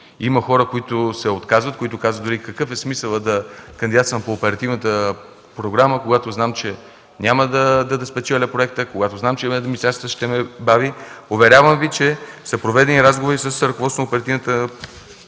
има хора, които се отказват, казвайки: „Какъв е смисълът да кандидатствам по оперативната програма, когато знам, че няма да спечеля проекта, че администрацията ще ме бави”. Уверявам Ви, че са проведени разговори с ръководството на оперативната програма.